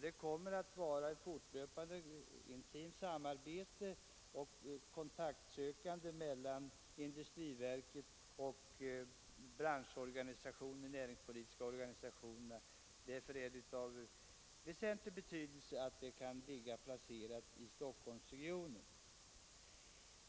Då det kommer att vara ett Lokaliseringen av fortlöpande intimt samarbete och kontaktsökande mellan industriverket = Sfäfens industriverk, m.m. och branschorganisationerna samt de näringspolitiska organisationerna är det viktigt att verket placeras i Stockholmsregionen.